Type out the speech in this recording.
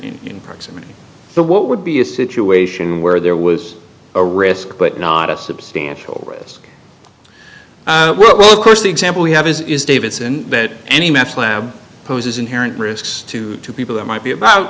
in proximity the what would be a situation where there was a risk but not a substantial risk well of course the example we have is davidson that any meth lab poses inherent risks to people that might be about